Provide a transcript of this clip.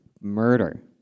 murder